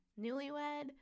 newlywed